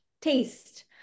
taste